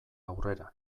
aurrera